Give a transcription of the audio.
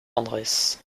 adresse